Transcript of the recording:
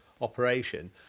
Operation